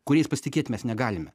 kuriais pasitikėti mes negalime